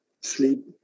sleep